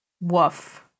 Woof